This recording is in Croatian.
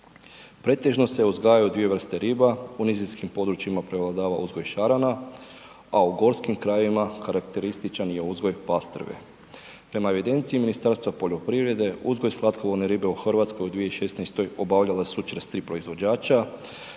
Pretežno se uzgajaju dvije vrste riba, u nizinskim područjima prevladava uzgoj šarana a u Gorskim krajevima karakterističan je uzgoj pastrve. Prema evidenciji Ministarstva poljoprivrede uzgoj slatkovodne ribe u Hrvatskoj u 2016. obavljala su 43 proizvođača